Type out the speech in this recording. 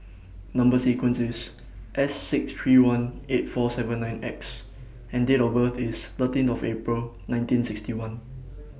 Number sequence IS S six three one eight four seven nine X and Date of birth IS thirteen of April nineteen sixty one